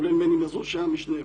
כולל מני מזוז כשהיה משנה,